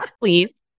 Please